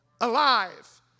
alive